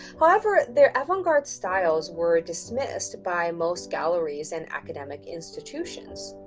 however, their avant garde styles were dismissed by most galleries and academic institutions.